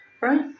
right